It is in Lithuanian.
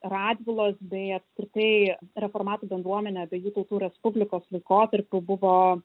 radvilos bei apskritai reformatų bendruomenė abiejų tautų respublikos laikotarpiu buvo